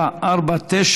449,